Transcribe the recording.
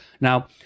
now